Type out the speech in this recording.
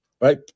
right